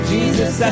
Jesus